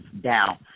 down